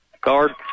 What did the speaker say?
guard